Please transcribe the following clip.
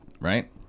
right